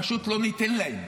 פשוט לא ניתן להם